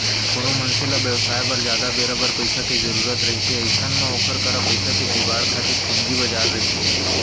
कोनो मनसे ल बेवसाय बर जादा बेरा बर पइसा के जरुरत रहिथे अइसन म ओखर करा पइसा के जुगाड़ खातिर पूंजी बजार रहिथे